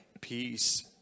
peace